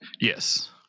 Yes